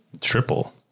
triple